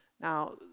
Now